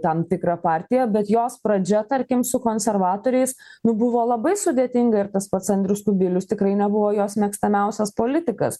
tam tikrą partiją bet jos pradžia tarkim su konservatoriais nu buvo labai sudėtinga ir tas pats andrius kubilius tikrai nebuvo jos mėgstamiausias politikas